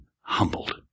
humbled